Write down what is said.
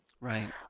Right